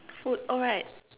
food oh right